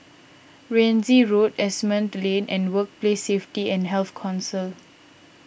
Rienzi Road Asimont Lane and Workplace Safety and Health Council